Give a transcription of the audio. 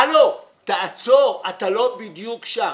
הלו, תעצור, אתה לא בדיוק שם.